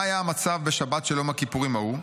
מה היה המצב בשבת של יום הכיפורים ההוא?